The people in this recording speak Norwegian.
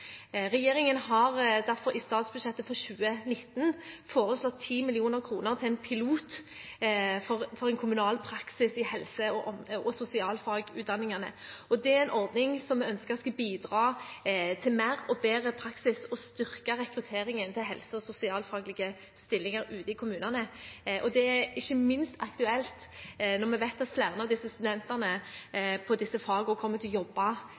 Regjeringen har derfor i statsbudsjettet for 2019 foreslått 10 mill. kr til en pilot for en kommunal praksis i helse- og sosialfagutdanningene. Det er en ordning vi ønsker skal bidra til mer og bedre praksis og styrke rekrutteringen til helse- og sosialfaglige stillinger ute i kommunene. Det er ikke minst aktuelt når vi vet at flere av studentene i disse fagene først og fremst kommer til å jobbe